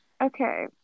Okay